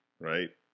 right